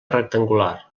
rectangular